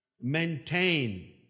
maintain